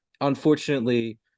Unfortunately